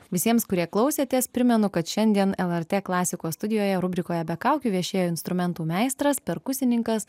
visiems kurie klausėtės primenu kad šiandien lrt klasikos studijoje rubrikoje be kaukių viešėjo instrumentų meistras perkusininkas